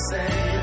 say